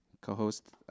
co-host